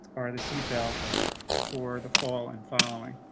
are the seat belts for the fall and following